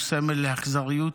והוא סמל לאכזריות